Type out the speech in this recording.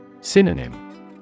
Synonym